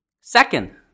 Second